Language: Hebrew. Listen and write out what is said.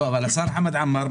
השר חמד עמאר,